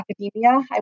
academia